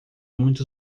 muitos